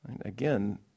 Again